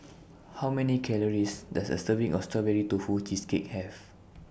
How Many Calories Does A Serving of Strawberry Tofu Cheesecake Have